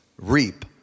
reap